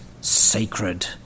sacred